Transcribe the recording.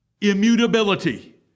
immutability